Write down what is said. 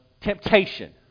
temptation